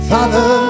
Father